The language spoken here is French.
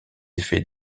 effets